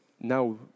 now